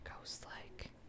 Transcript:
Ghost-like